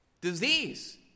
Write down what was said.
disease